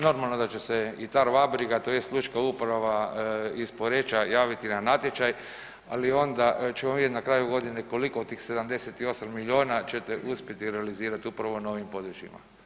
Normalno da će se i Tar-Vabriga tj. Lučka uprava iz Poreča javiti na natječaj ali onda ćemo vidjeti na kraju godine koliko od tih 78 miliona ćete uspjeti realizirati upravo na ovim područjima.